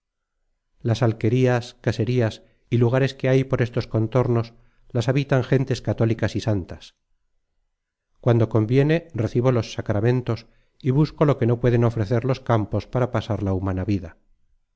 las alquerías caserías y lugares que hay por estos contornos las habitan gentes católicas y santas cuando conviene recibo los sacramentos y busco lo que no pueden ofrecer los campos para pasar la humana vida